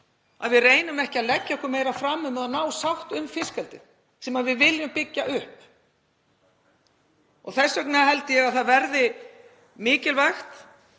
að við reynum ekki að leggja okkur meira fram um að ná sátt um fiskeldið sem við viljum byggja upp. Þess vegna held ég að það verði mikilvægt